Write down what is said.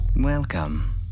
Welcome